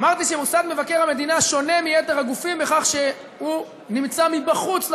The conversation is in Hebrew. אמרתי שמוסד מבקר המדינה שונה מיתר הגופים בכך שהוא נמצא מבחוץ למערכת,